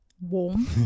warm